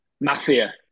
mafia